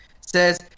says